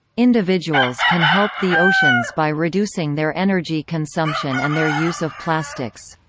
individuals can help the oceans by reducing their energy consumption and their use of plastics.